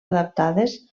adaptades